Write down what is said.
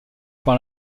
par